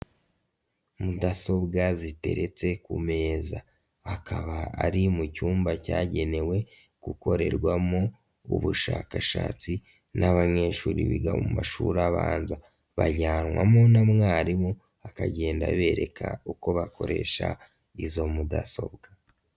Mudasobwa ziteretse ku meza, akaba ari mu cyumba cyagenewe gukorerwamo ubushakashatsi n'abanyeshuri biga mu mashuri abanza, bajyanwamo na mwarimu akagenda abereka uko bakoresha izo mudasobwa.